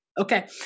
Okay